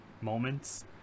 moments